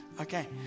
Okay